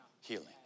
healing